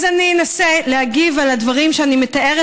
אז אני אנסה להגיב על הדברים שאני מתארת